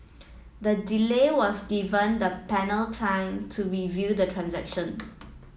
the delay was given the panel time to review the transaction